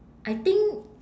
I think